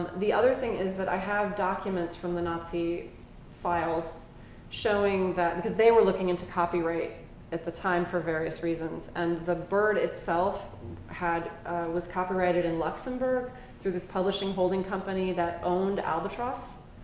the other thing is that i have documents from the nazi files showing that because they were looking into copyright at the time for various reasons. and the bird itself was copyrighted in luxembourg through this publishing holding company that owned albatross.